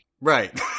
Right